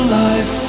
life